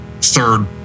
third